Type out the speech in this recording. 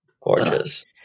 Gorgeous